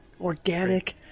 Organic